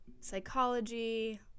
psychology